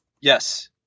Yes